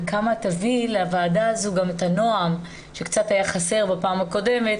וכמה את תביאי לוועדה הזו גם את הנועם שקצת היה חסר בפעם הקודמת.